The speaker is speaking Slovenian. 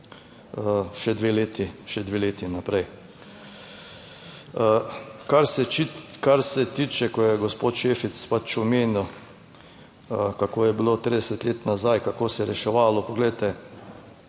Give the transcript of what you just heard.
še dve leti naprej. Kar se, kar se tiče, ko je gospod Šefic omenil, kako je bilo 30 let nazaj, kako se je reševalo. Poglejte,